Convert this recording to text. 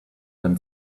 than